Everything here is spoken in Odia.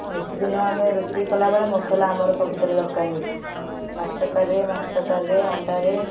ନିତିଦିନ ଆମେ ରୋଷେଇ କଲାବେଳେ ମସଲା ଆମର ସବୁଥିରେ ଦରକାର ହେଉଛି ମାଛ ତରକାରୀରେ ମାଂସ ତରକାରୀରେ ଅଣ୍ଡାରେ